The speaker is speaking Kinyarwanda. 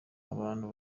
abantu